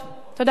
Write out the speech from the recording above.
תודה רבה.